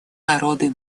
народы